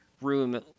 room